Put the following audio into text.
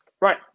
right